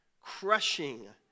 crushing